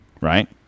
right